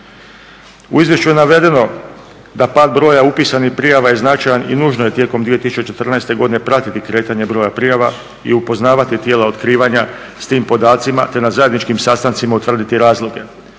U izvješću je navedeno da pad broja upisanih prijava je značajan i nužno je tijekom 2014. godine pratiti kretanje broja prijava i upoznavati tijela otkrivanja s tim podacima te na zajedničkim sastancima utvrditi razloge.